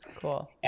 Cool